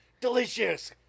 DELICIOUS